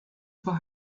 for